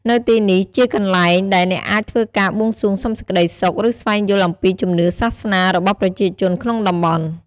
នៅទីនេះជាកន្លែងដែលអ្នកអាចធ្វើការបួងសួងសុំសេចក្តីសុខ ឬស្វែងយល់អំពីជំនឿសាសនារបស់ប្រជាជនក្នុងតំបន់ ។